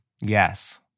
Yes